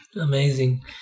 amazing